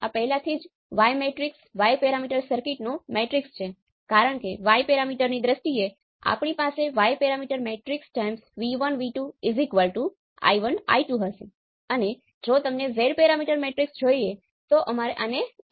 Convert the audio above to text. મારી પાસે V1 છે અને મેં V1 0 પર તેને નિશ્ચિત કર્યું છે જેનો અર્થ એ છે કે હું તેને શોર્ટ સર્કિટ થી બદલું છું